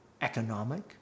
economic